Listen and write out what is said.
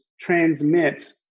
transmit